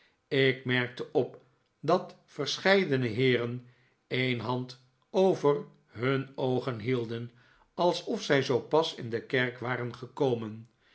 ik merkte op dat verscheidene heeren een hand over hun oogen hielden alsof zij zoo pas in de kerk waren gekomen